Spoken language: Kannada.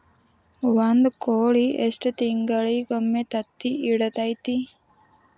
ಒಂದ್ ಕೋಳಿ ಎಷ್ಟ ತಿಂಗಳಿಗೊಮ್ಮೆ ತತ್ತಿ ಇಡತೈತಿ?